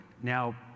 Now